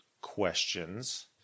questions